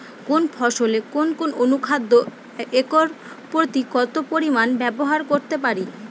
কোন ফসলে কোন কোন অনুখাদ্য একর প্রতি কত পরিমান ব্যবহার করতে পারি?